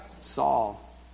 Saul